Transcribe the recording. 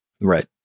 Right